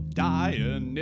dying